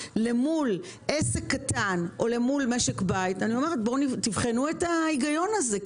מול עסק קטן או מול משק בית תבחנו את ההיגיון הזה.